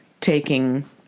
taking